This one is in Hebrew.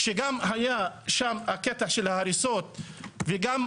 שגם היה שם הקטע של ההריסות וגם